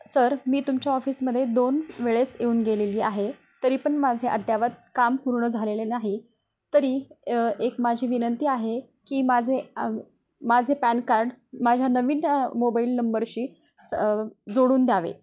sir मी तुमच्या ऑफिसमध्ये दोन वेळेस येऊन गेलेली आहे तरी पण माझे अद्ययावत काम पूर्ण झालेले नाही तरी एक माझी विनंती आहे की माझे माझे पॅन कार्ड माझ्या नवीन या मोबाईल नंबरशी स जोडून द्यावे